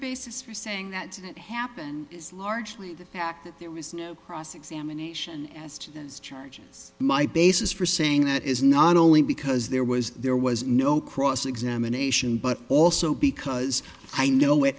basis for saying that it happened is largely the fact that there was no cross examination as to those charges my basis for saying that is not only because there was there was no cross examination but also because i know it